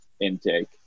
intake